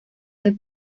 del